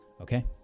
Okay